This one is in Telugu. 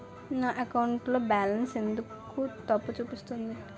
నా అకౌంట్ లో బాలన్స్ ఎందుకు తప్పు చూపిస్తుంది?